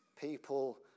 people